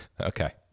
Okay